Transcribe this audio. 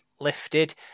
lifted